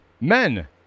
men